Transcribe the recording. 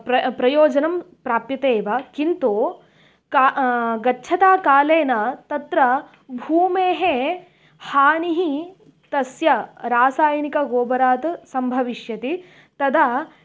प्रयोजनं प्राप्यते एव किन्तु का गच्छता कालेन तत्र भूमेः हानिः तस्य रासायनिकगोबरात् सम्भविष्यति तदा